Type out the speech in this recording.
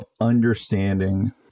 understanding